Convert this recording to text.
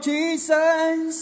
Jesus